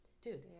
dude